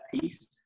piece